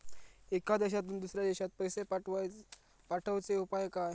एका देशातून दुसऱ्या देशात पैसे पाठवचे उपाय काय?